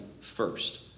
first